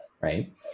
right